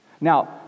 Now